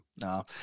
no